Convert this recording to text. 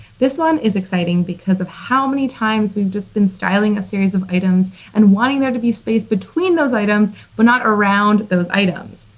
this line is exciting because of how many times we've just been styling a series of items and wanting there to be a space between those items but not around those items.